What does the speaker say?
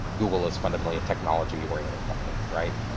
google is fundamentally a technology oriented company, right?